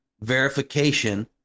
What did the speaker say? verification